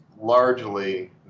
largely